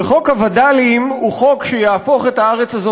וחוק הווד"לים הוא חוק שיהפוך את הארץ הזאת